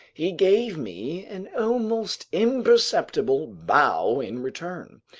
he gave me an almost imperceptible bow in return,